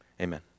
amen